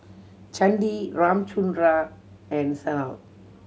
Chandi Ramchundra and Sanal